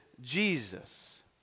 Jesus